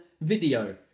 video